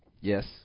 Yes